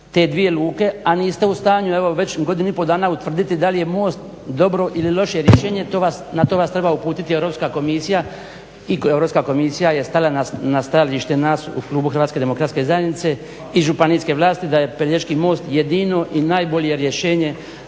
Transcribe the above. te dvije luke, a niste u stanju evo već godinu i pol dana utvrditi da li je most dobro ili loše rješenje. Na to vas treba uputiti Europska komisija. I Europska komisija je stala na stajalište nas u klubu HDZ-a i županijske vlasti da je Pelješki most jedino i najbolje rješenje